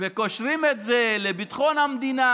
והם קושרים את זה לביטחון המדינה